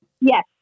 Yes